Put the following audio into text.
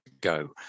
go